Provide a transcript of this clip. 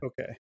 Okay